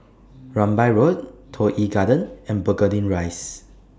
Rambai Road Toh Yi Garden and Burgundy Rise